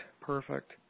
Perfect